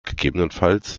gegebenenfalls